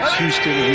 Houston